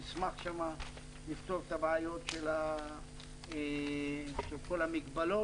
נשמח לפתור שם את הבעיות של כל המגבלות